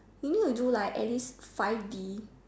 you need to do like at least five D